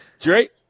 Drake